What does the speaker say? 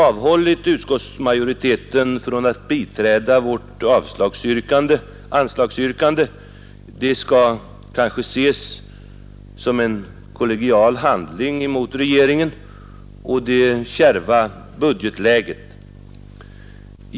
Att utskottsmajoriteten avhållit sig från att biträda vårt anslagsyrkande skall kanske ses som en kollegial handling mot regeringen i det kärva budgetläget.